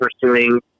pursuing